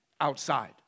outside